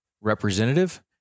representative